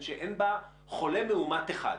שאין בה חולה מאומת אחד.